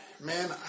man